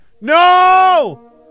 No